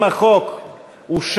של